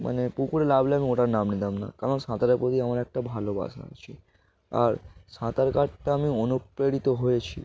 মানে পুকুরে নামলে আমি ওঠার নাম নিতাম না কারণ সাঁতারের প্রতি আমার একটা ভালোবাসা আছে আর সাঁতার কাটতে আমি অনুপ্রেরিত হয়েছি